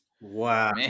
Wow